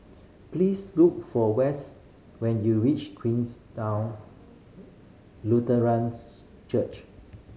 please look for West when you reach Queenstown Lutheran Church